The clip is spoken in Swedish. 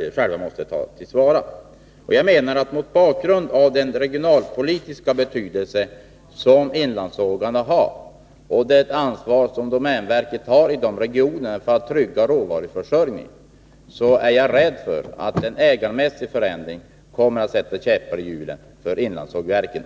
i första hand tas till vara”. Mot bakgrund av inlandssågarnas regionalpolitiska betydelse och det ansvar som domänverket har för att i dessa regioner trygga råvaruförsörjningen, är jag rädd för att en ägarmässig förändring kommer att sätta käppar i hjulen för inlandssågverken.